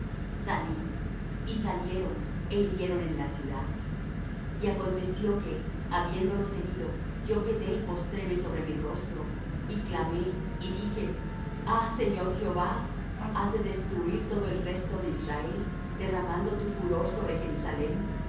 salid y salieron é hirieron en la ciudad y aconteció que habiéndolos herido yo quedé y postréme sobre mi rostro y clamé y dije ah señor jehová has de destruir todo el resto de israel derramando tu furor sobre jerusalem